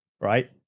right